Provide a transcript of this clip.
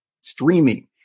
streaming